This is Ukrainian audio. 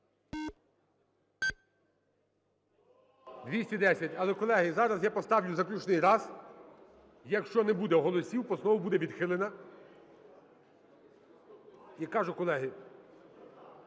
За-210 Але, колеги, зараз я поставлю заключний раз. Якщо не буде голосів, постанова буде відхилена. Я кажу, колеги,